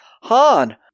Han